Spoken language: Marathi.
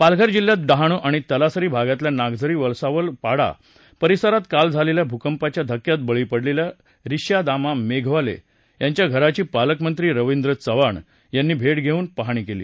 पालघर जिल्ह्यात डहाणू आणि तलासरी भागातल्या नागझरी वसावल पाडा परिसरात काल झालेल्या भूकंपाच्या धक्क्यात बळी पडलेल्या रिश्या दामा मेघवाले यांच्या घराची पालकमंत्री रवींद्र चव्हाण यांनी भेट देऊन पाहणी केली